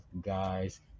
guys